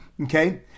Okay